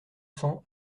cents